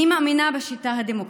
אני מאמינה בשיטה הדמוקרטית,